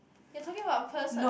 you're talking about a person